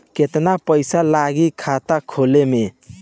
केतना पइसा लागी खाता खोले में?